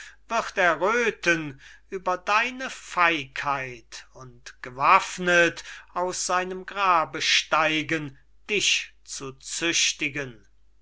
wird erröthen über deine feigheit und gewaffnet aus seinem grabe steigen dich zu züchtigen